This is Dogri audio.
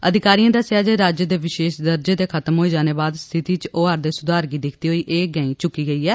अधिकारियें दस्सेआ जे राज्य दे विशेष दर्जें दे खत्म होई जाने बाद स्थिति च होआ'रदे सुधार गी दिक्खदे होई एह गैंई चुकी गेई ऐ